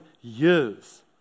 years